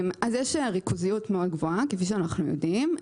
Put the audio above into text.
יש ריכוזיות מאוד גבוהה, כפי שאנחנו יודעים.